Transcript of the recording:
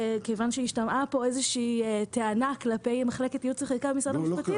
כיוון שהשתמעה פה איזושהי טענה כלפי מחלקת ייעוץ וחקיקה במשרד המשפטים,